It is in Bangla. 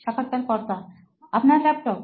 সাক্ষাৎকারকর্তা আপনার ল্যাপটপ